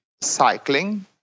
cycling